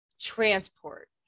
transport